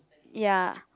ya